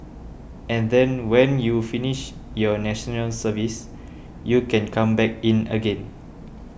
and then when you finish your National Services you can come back in again